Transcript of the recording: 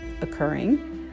occurring